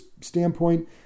standpoint